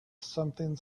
something